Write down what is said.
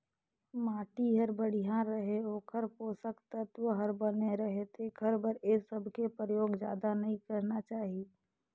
माटी हर बड़िया रहें, ओखर पोसक तत्व हर बने रहे तेखर बर ए सबके परयोग जादा नई करना चाही